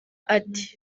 ati